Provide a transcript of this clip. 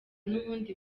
n’ubundi